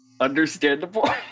Understandable